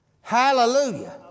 Hallelujah